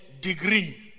degree